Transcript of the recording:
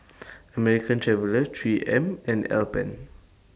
American Traveller three M and Alpen